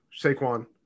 Saquon